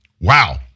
Wow